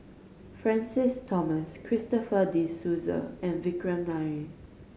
Francis Thomas Christopher De Souza and Vikram Nair